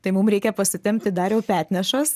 tai mum reikia pasitempti dariau petnešas